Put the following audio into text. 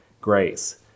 grace